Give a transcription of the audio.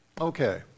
Okay